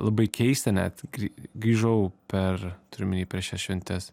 labai keista net kai grį grįžau per turiu omeny per šias šventes